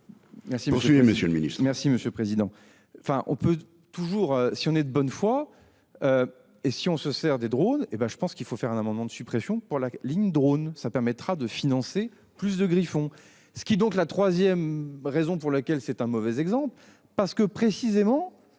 Merci, monsieur le président.